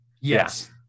Yes